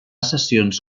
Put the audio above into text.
sessions